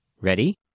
Ready